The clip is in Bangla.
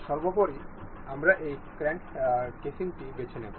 সর্বোপরি আমরা এই ক্র্যাঙ্ক কেসিংটি বেছে নেব